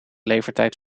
levertijd